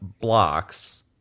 blocks